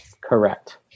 Correct